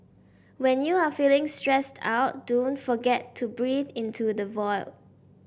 when you are feeling stressed out don't forget to breathe into the void